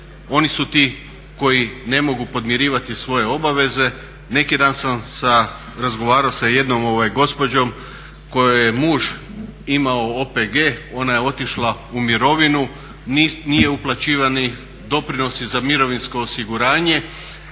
oni su ti koji ne mogu podmirivati svoje obaveze. Neki dan sam razgovarao sa jednom gospođom kojoj je muž imao OPG, ona je otišla u mirovinu, nisu uplaćivani doprinosi za mirovinsko osiguranje,